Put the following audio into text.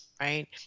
right